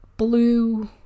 Blue